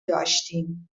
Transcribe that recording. داشتیم